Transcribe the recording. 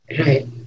Right